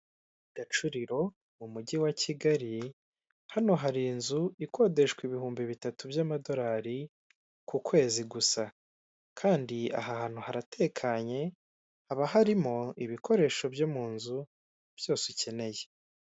Gacuriro mu mujyi wa kigali, hano hari inzu ikodeshwa ibihumbi bitatu by'amadolari ku kwezi, gusa kandi ahantu haratekanye haba harimo ibikoresho byo munzu byose ukeneye.